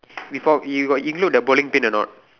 before you got include the bowling pin or not